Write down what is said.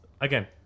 again